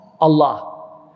Allah